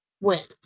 wins